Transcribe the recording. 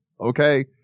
Okay